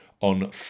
on